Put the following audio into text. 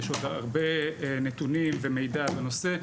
יש עוד הרבה נתונים ומידע על הנושא.